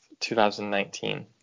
2019